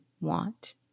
want